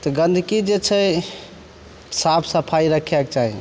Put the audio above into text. तऽ गन्धकी जे छै साफ सफाइ राखयके चाही